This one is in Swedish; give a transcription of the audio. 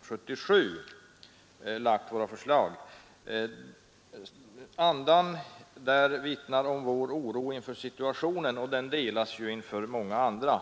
77 — lagt våra förslag. Andan där vittnar om vår oro inför situationen, och den delas ju av många andra.